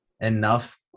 enough